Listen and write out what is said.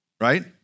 Right